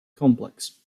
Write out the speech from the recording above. complex